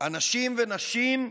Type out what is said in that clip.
אנשים ונשים,